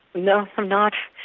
no i'm not.